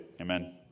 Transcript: Amen